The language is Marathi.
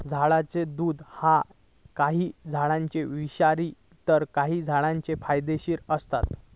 झाडाचा दुध ह्या काही झाडांचा विषारी तर काही झाडांचा फायदेशीर असता